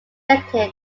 detected